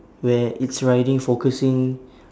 where it's riding focusing